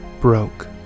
broke